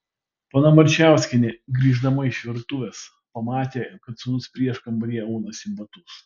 ponia marčiauskienė grįždama iš virtuvės pamatė kad sūnus prieškambaryje aunasi batus